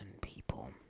people